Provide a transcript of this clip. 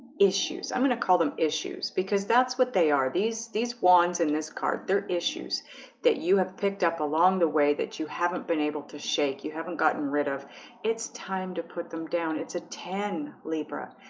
issues i'm gonna call them issues because that's what they are these these wands in this card they're issues that you have picked up along the way that you haven't been able to shake you haven't gotten rid of it's time to put them down. it's a ten libra.